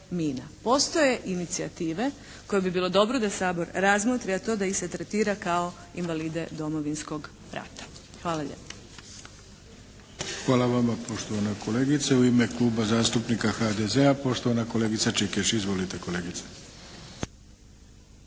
Postoje inicijative koje bi bilo dobro da Sabor razmotri da to, da ih se tretira kao invalide Domovinskog rata. Hvala lijepo.